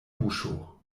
buŝo